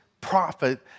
prophet